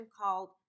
called